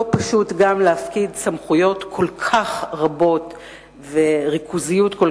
לא פשוט גם להפקיד סמכויות כה רבות וריכוזיות כל